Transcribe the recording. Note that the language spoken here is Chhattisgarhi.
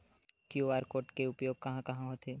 क्यू.आर कोड के उपयोग कहां कहां होथे?